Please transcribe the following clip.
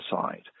side